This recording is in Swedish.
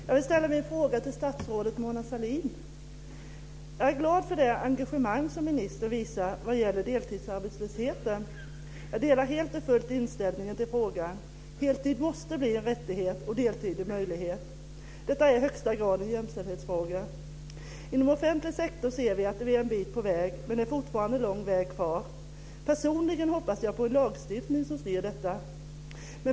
Fru talman! Jag vill ställa min fråga till statsrådet Jag är glad för det engagemang som ministern visar vad gäller deltidsarbetslösheten. Jag delar helt och fullt inställningen till frågan. Heltid måste bli en rättighet och deltid en möjlighet. Detta är i högsta grad en jämställdhetsfråga. Inom offentlig sektor ser vi att vi är en bit på väg, men det är fortfarande lång väg kvar. Personligen hoppas jag på en lagstiftning som styr detta.